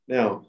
Now